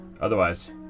Otherwise